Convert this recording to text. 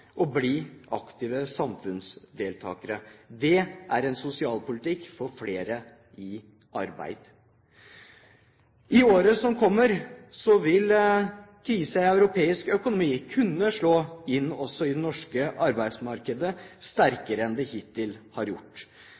og bli aktive samfunnsdeltakere. Det er en sosialpolitikk for flere i arbeid. I året som kommer, vil krisen i europeisk økonomi kunne slå sterkere inn også i det norske arbeidsmarkedet enn den hittil har gjort.